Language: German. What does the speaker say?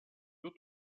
wird